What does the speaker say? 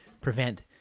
prevent